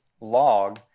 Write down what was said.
log